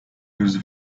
whose